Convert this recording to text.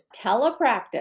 telepractice